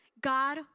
God